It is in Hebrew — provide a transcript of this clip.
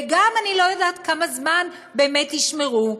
ואני גם לא יודעת כמה זמן באמת ישמרו,